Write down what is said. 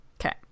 okay